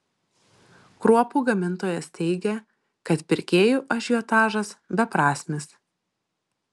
kruopų gamintojas teigia kad pirkėjų ažiotažas beprasmis